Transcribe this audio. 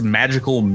magical